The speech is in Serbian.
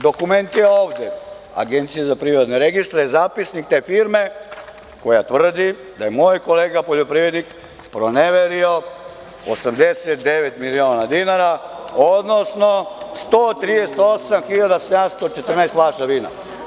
Dokument je ovde, Agencija za privredne registre, zapisnik te firme koja tvrdi da je moj kolega poljoprivrednik proneverio 89 miliona dinara, odnosno 138.714 flaša vina.